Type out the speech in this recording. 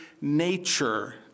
nature